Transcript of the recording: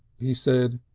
he said,